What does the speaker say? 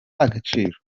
agaciro